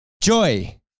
joy